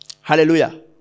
Hallelujah